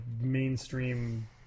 mainstream